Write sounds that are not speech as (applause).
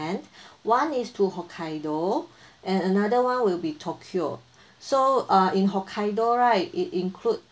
(breath) one is to hokkaido (breath) and another [one] will be tokyo (breath) so uh in hokkaido right it include